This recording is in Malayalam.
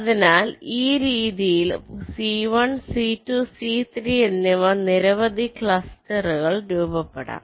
അതിനാൽ ഈ രീതിയിൽ C1 C2 C3 എന്നിവയിൽ നിരവധി ക്ലസ്റ്ററുകൾ രൂപപ്പെടാം